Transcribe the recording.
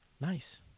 nice